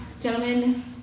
gentlemen